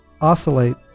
oscillate